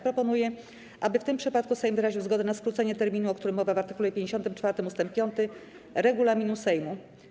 Proponuję, aby w tym przypadku Sejm wyraził zgodę na skrócenie terminu, o którym mowa w art. 54 ust. 5 regulaminu Sejmu.